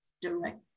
direct